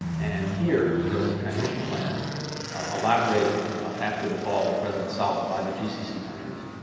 and here there was a transition plan elaborated after the fall of president saleh by the gcc countries,